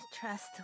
trust